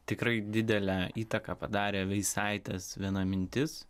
tikrai didelę įtaką padarė veisaitės viena mintis